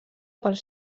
pels